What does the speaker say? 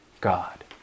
God